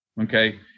Okay